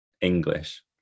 English